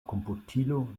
komputilo